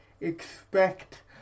Expect